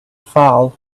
foul